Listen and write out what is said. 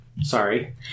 Sorry